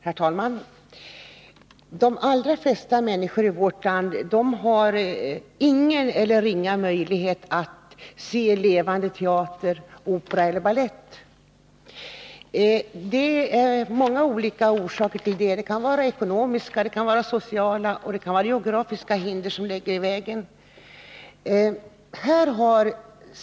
Herr talman! De allra flesta människor i vårt land har ingen eller ringa möjlighet att se levande teater, opera eller balett. Orsakerna härtill är många. Det kan vara ekonomiska, sociala eller geografiska hinder som ligger i vägen.